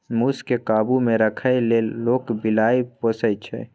मुस केँ काबु मे राखै लेल लोक बिलाइ पोसय छै